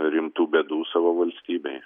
rimtų bėdų savo valstybei